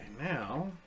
now